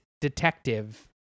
detective